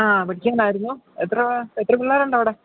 ആ പഠിക്കാനായിരുന്നു എത്രാ എത്ര പിള്ളേരുണ്ട് അവിടെ